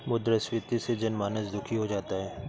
मुद्रास्फीति से जनमानस दुखी हो जाता है